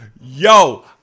Yo